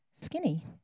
skinny